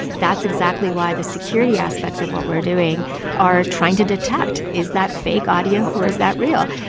that's exactly why the security aspects of what we're doing are trying to detect is that fake audio, or is that real?